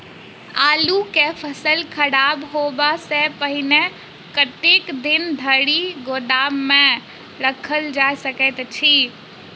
आलु केँ फसल खराब होब सऽ पहिने कतेक दिन धरि गोदाम मे राखल जा सकैत अछि?